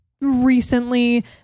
recently